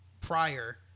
prior